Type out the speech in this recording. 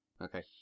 Okay